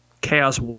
Chaos